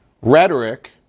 Rhetoric